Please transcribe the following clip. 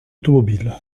automobile